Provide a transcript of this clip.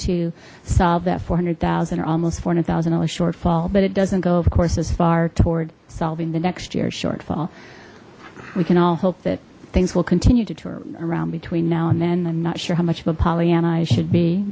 to solve that four hundred zero or almost forty thousand dollars shortfall but it doesn't go of course as far toward solving the next year's shortfall we can all hope that things will continue to turn around between now and then i'm not sure how much of a pollyanna i should be